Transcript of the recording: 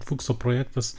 fukso projektas